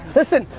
listen,